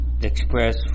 express